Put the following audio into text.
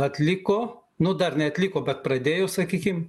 atliko nu dar neatliko bet pradėjo sakykim